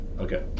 Okay